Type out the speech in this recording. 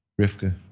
Rivka